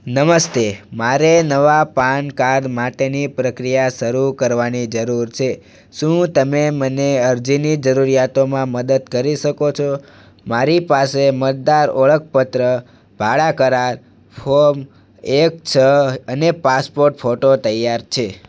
નમસ્તે મારે નવા પાન કાર્ડ માટેની પ્રક્રિયા શરૂ કરવાની જરૂર છે શું તમે મને અરજીની જરૂરિયાતોમાં મદદ કરી શકો છો મારી પાસે મતદાર ઓળખપત્ર ભાડા કરાર ફોર્મ એક છ અને પાસપોર્ટ ફોટો તૈયાર છે